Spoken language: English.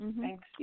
Thanks